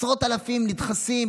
עשרות אלפים נדחסים,